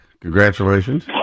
Congratulations